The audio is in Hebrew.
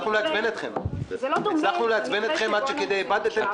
הצלחנו לעצבן אתכם עד כדי שאיבדתם את